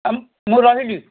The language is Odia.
ହଉ ମୁଁ ମୁଁ ରହିଲି